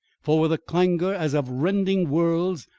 for, with a clangour as of rending worlds,